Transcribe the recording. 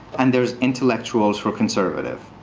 and there's intellectuals who are conservative.